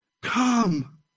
come